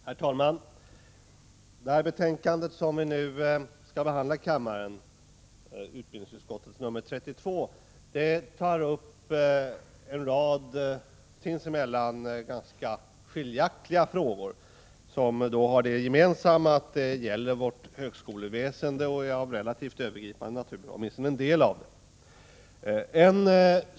Herr talman! Det betänkande som vi nu behandlar, utbildningsutskottets betänkande nr 32, tar upp en rad sinsemellan ganska skiljaktiga frågor, som har det gemensamt att de gäller vårt högskoleväsende. De är av relativt övergripande natur — åtminstone en del av dem.